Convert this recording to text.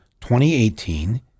2018